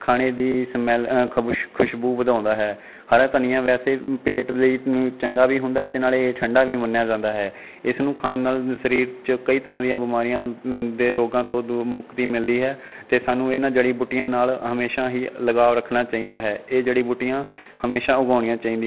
ਖਾਣੇ ਦੀ ਸਮੈਲ ਖਬਸ਼ ਖੁਸ਼ਬੂ ਵਧਾਉਂਦਾ ਹੈ ਹਰਾ ਧਨੀਆ ਵੈਸੇ ਪੇਟ ਲਈ ਚੰਗਾ ਵੀ ਹੁੰਦਾ ਹੈ ਅਤੇ ਨਾਲੇ ਇਹ ਠੰਢਾ ਵੀ ਮੰਨਿਆ ਜਾਂਦਾ ਹੈ ਇਸ ਨੂੰ ਖਾਣ ਨਾਲ ਸਰੀਰ 'ਚ ਕਈ ਤਰ੍ਹਾਂ ਦੀਆਂ ਬਿਮਾਰੀਆਂ ਦੇ ਰੋਗਾਂ ਤੋਂ ਦੁਰ ਮੁਕਤੀ ਮਿਲਦੀ ਹੈ ਅਤੇ ਸਾਨੂੰ ਇਨ੍ਹਾਂ ਜੜੀ ਬੂਟੀਆਂ ਨਾਲ ਹਮੇਸ਼ਾ ਹੀ ਲਗਾਵ ਰੱਖਣਾ ਚਾਹੀਦਾ ਹੈ ਇਹ ਜੜੀ ਬੂਟੀਆਂ ਹਮੇਸ਼ਾ ਉਗਾਉਣੀਆਂ ਚਾਹੀਦੀਆਂ